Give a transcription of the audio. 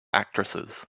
actresses